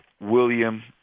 William